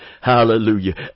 Hallelujah